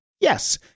Yes